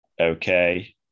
okay